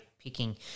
picking